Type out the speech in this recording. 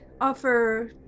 offer